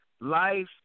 life